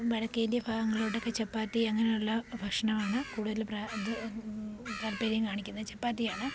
വടക്കേ ഇൻഡ്യൻ ഭാഗങ്ങളിലോട്ടൊക്കെ ചപ്പാത്തി അങ്ങനെയുള്ള ഭക്ഷണവാണ് കൂടുതലും താല്പര്യം കാണിക്കുന്നെ ചപ്പാത്തിയാണ്